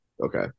okay